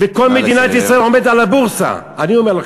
כל מדינת ישראל עומדת על הבורסה, אני אומר לכם,